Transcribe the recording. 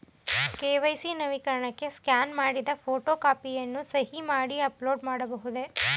KYC ನವೀಕರಣಕ್ಕೆ scan ಮಾಡಿದ photo ಕಾಪಿಯನ್ನು ಸಹಿ ಮಾಡಿ ಅಪ್ಲೋಡ್ ಮಾಡಬಹುದೇ?